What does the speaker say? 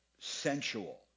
sensual